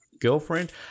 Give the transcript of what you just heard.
girlfriend